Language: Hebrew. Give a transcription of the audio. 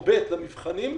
או ב', למבחנים,